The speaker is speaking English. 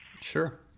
Sure